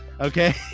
Okay